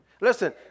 Listen